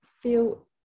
Feel